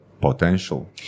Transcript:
potential